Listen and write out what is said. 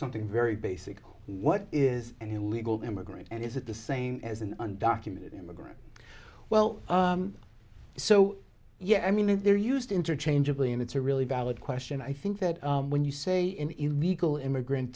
something very basic what is and who legal immigrants and is it the same as an undocumented immigrant well so yeah i mean if they're used interchangeably and it's a really valid question i think that when you say in the illegal immigrant